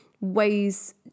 ways